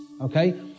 Okay